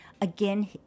again